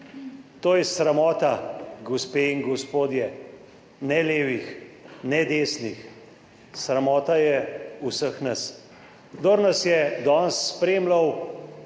To je sramota, gospe in gospodje, ne levih ne desnih, sramota je vseh nas. Kdor nas je danes spremljal,